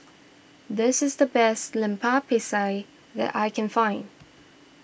this is the best Lemper Pisang that I can find